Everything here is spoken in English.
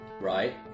right